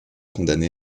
condamné